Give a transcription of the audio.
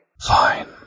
Fine